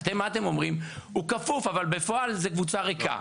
אתם אומרים שהוא כפוף, אבל בפועל זה קבוצה ריקה.